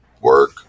work